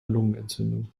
lungenentzündung